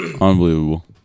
Unbelievable